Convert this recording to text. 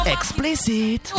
explicit